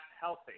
healthy